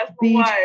beach